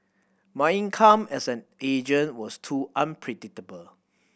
my income as an agent was too unpredictable